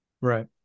Right